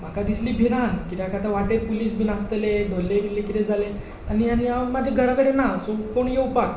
म्हाका दिसली भिरांत कित्याक आतां वाटेक पुलीस बीन आसतले धोल्लें बिल्लें किदें जालें आनी आनी हांव म्हाज्या घरा कडेन ना कोण येवपाक